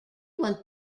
went